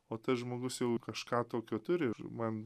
o tas žmogus jau kažką tokio turi ir man